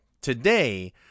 Today